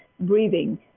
breathing